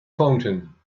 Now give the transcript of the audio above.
fountain